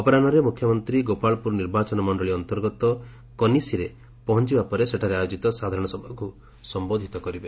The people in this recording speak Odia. ଅପରାହ୍ବରେ ମୁଖ୍ୟମନ୍ତୀ ଗୋପାଳପୁର ନିର୍ବାଚନ ମଣ୍ଡଳୀ ଅନ୍ତର୍ଗତ କନିସିରେ ପହଞ୍ଚିବା ପରେ ସେଠାରେ ଆୟୋଜିତ ସାଧାରଣ ସଭାକୁ ସମ୍ଘୋଧିତ କରିବେ